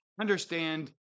Understand